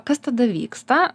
kas tada vyksta